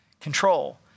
control